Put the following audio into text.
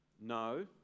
no